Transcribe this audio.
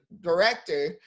director